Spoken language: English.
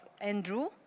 Andrew